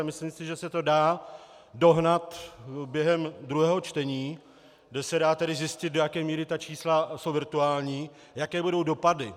A myslím si, že se to dá dohnat během druhého čtení, kde se dá tedy zjistit, do jaké míry ta čísla jsou virtuální, jaké budou dopady.